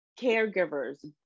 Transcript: caregivers